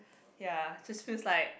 ya just feels like